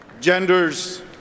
genders